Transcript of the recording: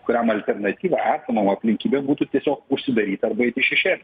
kuriam alternatyva esamom aplinkybėm būtų tiesiog užsidaryt arba eit į šešėlį